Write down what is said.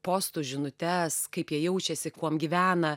postų žinutes kaip jie jaučiasi kuom gyvena